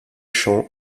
champs